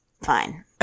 Fine